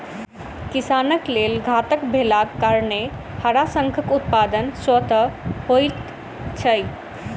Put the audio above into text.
किसानक लेल घातक भेलाक कारणेँ हड़ाशंखक उत्पादन स्वतः होइत छै